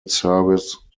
service